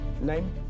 Name